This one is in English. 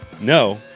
No